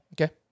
Okay